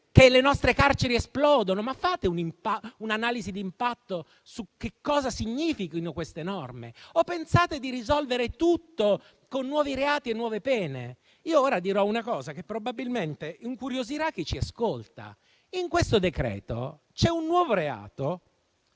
che le nostre carceri esplodono. Fate un'analisi di impatto su che cosa significhino queste norme o pensate di risolvere tutto con nuovi reati e nuove pene? Ora dirò una cosa che probabilmente incuriosirà chi ci ascolta. In questo decreto c'è un nuovo reato,